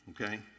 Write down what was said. okay